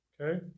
Okay